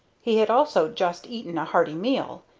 he had also just eaten a hearty meal.